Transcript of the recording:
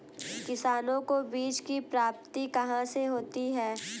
किसानों को बीज की प्राप्ति कहाँ से होती है?